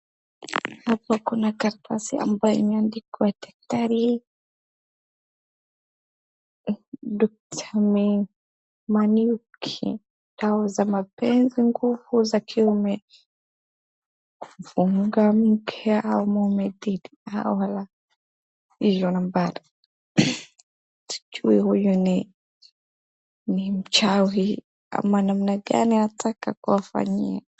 Hapo kuna karatasi ambayo imeandikwa: Daktari Dr. Manuiki. Dawa za mapenzi, nguvu za kiume. Kumfunga mke au mume dhidi au wala. Hizi nambari. Sijui huyu ni mchawi ama namna gani anataka kuwafanyia.